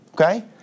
Okay